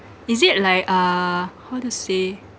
is it like uh how to say